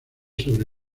sobre